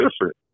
different